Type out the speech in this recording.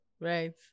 Right